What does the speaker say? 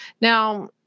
Now